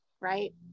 Right